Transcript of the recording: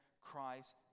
Christ